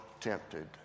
tempted